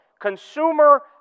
consumer